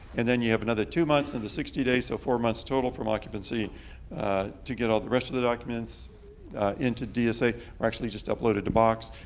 and then you have another two months, and another sixty days, so four months total from occupancy to get all the rest of the documents into dsa, or actually just uploaded to box.